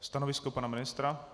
Stanovisko pana ministra?